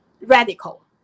radical